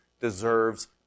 deserves